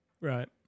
Right